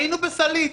היינו בסלעית,